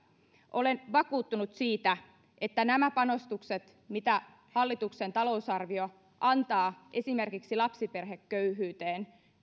olen vakuuttunut siitä että nämä panostukset mitä hallituksen talousarvio antaa esimerkiksi lapsiperheköyhyyden